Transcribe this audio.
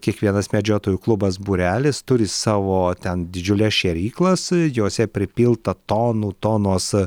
kiekvienas medžiotojų klubas būrelis turi savo ten didžiules šėryklas jose pripilta tonų tonos